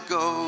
go